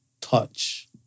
touch